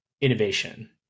innovation